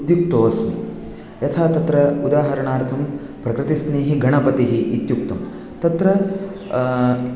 उद्युक्तोस्मि यथा तत्र उदाहरणार्थं प्रकृतिस्नेहिगणपतिः इत्युक्तं तत्र